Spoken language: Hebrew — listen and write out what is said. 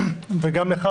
וגם לך,